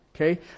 Okay